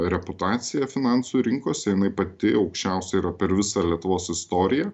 reputaciją finansų rinkose jinai pati aukščiausia yra per visą lietuvos istoriją